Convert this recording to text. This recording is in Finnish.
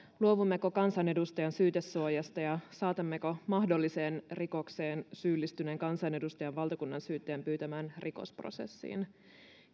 luovummeko kansanedustajan syytesuojasta ja saatammeko mahdolliseen rikokseen syyllistyneen kansanedustajan valtakunnansyyttäjän pyytämään rikosprosessiin